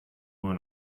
nur